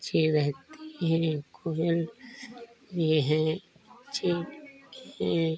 पक्षी रहती हैं कोयल यह हैं पक्षी यह